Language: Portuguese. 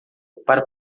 para